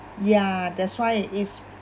ya that's why it is